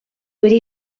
wedi